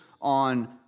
on